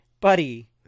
buddy